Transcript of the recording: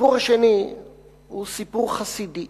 הסיפור השני הוא סיפור חסידי